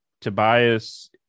Tobias